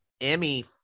Emmy